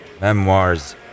memoirs